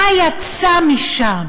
מה יצא משם?